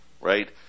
right